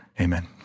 amen